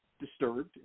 disturbed